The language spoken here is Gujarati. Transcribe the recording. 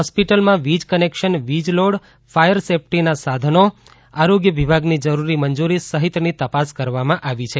હોસ્પિટલમાં વીજ કનેકશન વીજ લોડ ફાયર સેફટીના સાધનો આરોગ્ય વિભાગની જરૂરી મંજૂરી સહિતની તપાસ કરવામાં આવી છે